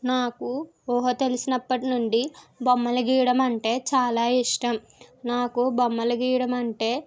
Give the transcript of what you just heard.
నాకు ఊహ తెలిసినప్పుటి నుండి బొమ్మలు గీయడమంటే చాలా ఇష్టం నాకు బొమ్మలు గీయడమంటే